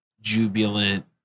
jubilant